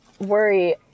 worry